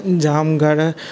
जाम घर